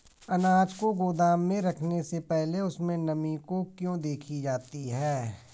अनाज को गोदाम में रखने से पहले उसमें नमी को क्यो देखी जाती है?